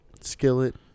Skillet